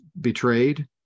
betrayed